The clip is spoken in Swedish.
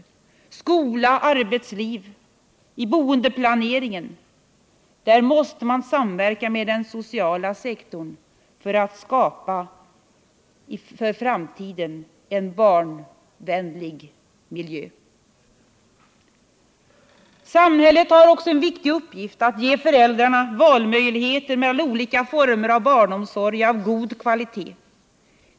Inom skolan och i arbetslivet och boendeplaneringen måste man samverka med den sociala sektorn för att för framtiden skapa en barnvänlig miljö. Samhället har också en viktig uppgift i att ge föräldrarna valmöjligheter mellan olika former av barnomsorg av god kvalitet.